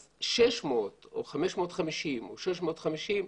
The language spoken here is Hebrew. אז 600 או 550 או 650,